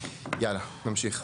יאללה נמשיך.